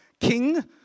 king